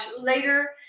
later